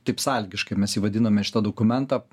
taip sąlygiškai mes jį vadiname šitą dokumentą